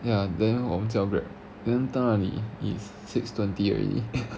ya then 我们叫 Grab then 到那里 is like six twenty already